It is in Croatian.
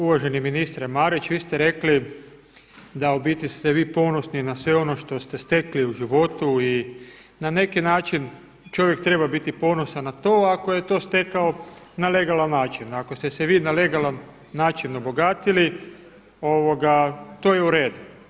Uvaženi ministre Marić vi ste rekli da u biti ste vi ponosni na sve ono što ste stekli u životu i na neki način čovjek treba biti ponosan na to ako je to stekao na legalan način, ako ste se vi na legalan način obogatili, to je u redu.